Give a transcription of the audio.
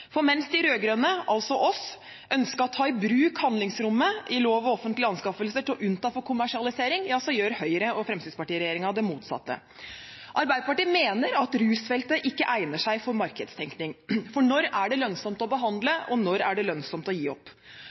For mens de rød-grønne, altså oss, ønsket å ta i bruk handlingsrommet i lov om offentlige anskaffelser til å unnta fra kommersialisering, gjør Høyre–Fremskrittsparti-regjeringen det motsatte. Arbeiderpartiet mener at rusfeltet ikke egner seg for markedstenkning. For når er det lønnsomt å behandle, og når er det lønnsomt å gi opp?